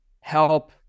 help